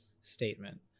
statement